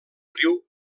riu